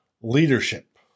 Leadership